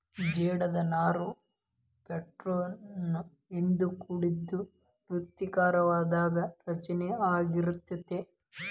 ಜೇಡದ ನಾರು ಪ್ರೋಟೇನ್ ಇಂದ ಕೋಡಿದ್ದು ವೃತ್ತಾಕಾರದಾಗ ರಚನೆ ಅಗಿರತತಿ